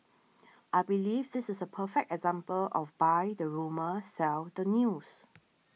I believe this is a perfect example of buy the rumour sell the news